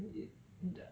e~ t~